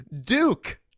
Duke